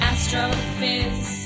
Astrophys